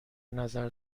نظر